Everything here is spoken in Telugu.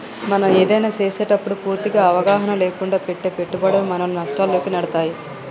మనం ఏదైనా చేసేటప్పుడు పూర్తి అవగాహన లేకుండా పెట్టే పెట్టుబడి మనల్ని నష్టాల్లోకి నెడతాయి